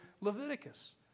Leviticus